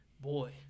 boy